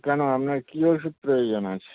কেন আপনার কী ওষুধ প্রয়োজন আছে